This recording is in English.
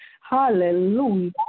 hallelujah